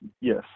Yes